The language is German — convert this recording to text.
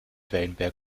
wellenberg